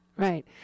Right